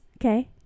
Okay